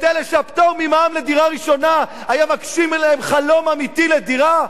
את אלה שהפטור ממע"מ לדירה ראשונה היה מגשים להם חלום אמיתי לדירה?